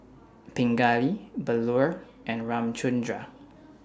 Pingali Bellur and Ramchundra